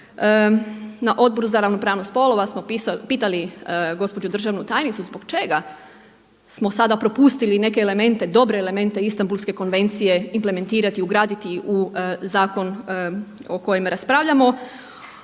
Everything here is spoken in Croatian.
Na Odboru za ravnopravnost spolova smo pitali gospođu državnu tajnicu zbog čega smo sada propustili neke elemente, dobre elemente Istambulske konvencije implementirati, ugraditi u zakon o kojem raspravljamo.